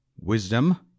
wisdom